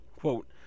quote